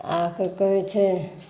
अहाँके कहै छै